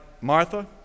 Martha